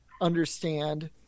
understand